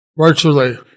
virtually